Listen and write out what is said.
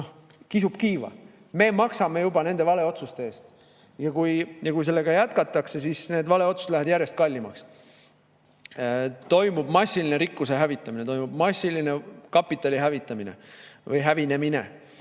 kisub kiiva. Me juba maksame nende valeotsuste eest. Ja kui sellega jätkatakse, siis need valeotsused lähevad järjest kallimaks. Toimub massiline rikkuse hävitamine, toimub massiline kapitali hävitamine või hävinemine.